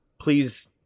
please